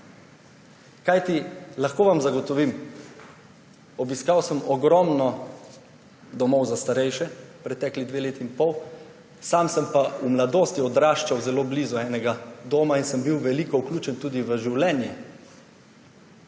krepil. Lahko vam zagotovim, obiskal sem ogromno domov za starejše v preteklih dveh letih in pol, sam sem pa v mladosti odraščal zelo blizu enega doma in sem bil veliko vključen tudi v življenje